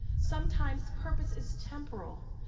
sometimes purpose is temporal.